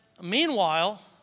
meanwhile